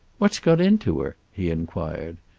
what's got into her? he inquired.